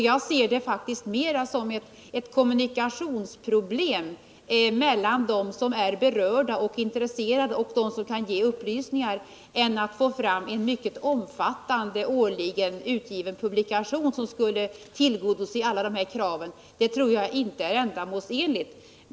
Jag ser faktiskt den här frågan mer som ett kommunikationsproblem mellan dem som är berörda och intresserade och dem som kan ge upplysning än som ett behov av att få fram en omfattande, årligen utgiven publikation som skulle tillgodose alla dessa krav. Det tror jag inte är ändamålsenligt.